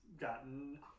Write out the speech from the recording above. gotten